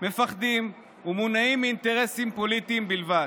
מפחדים ומונעים מאינטרסים פוליטיים בלבד.